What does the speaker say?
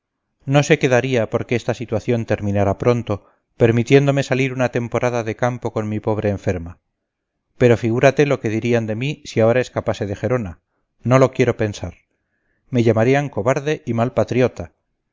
no sé qué daría porque esta situación terminara pronto permitiéndome salir una temporada de campo con mi pobre enferma pero figúrate lo que dirían de mí si ahora escapase de gerona no lo quiero pensar me llamarían cobarde y mal patriota